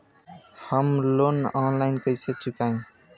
हम loan online कइसे चुकाई?